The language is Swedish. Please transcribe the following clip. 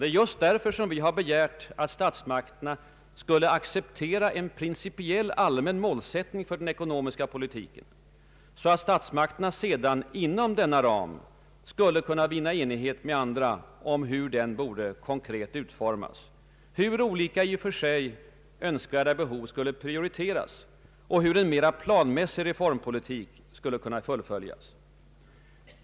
Det är just därför som vi har begärt att statsmakterna skulle acceptera en principiell, allmän målsättning för den ekonomiska politiken, så att statsmakterna därefter inom dess ram kunde vinna enighet om hur den borde konkret utformas, hur olika i och för sig önskvärda behov skulle prioriteras och hur en mera planmässig reformpolitik skulle kunna fullföljas.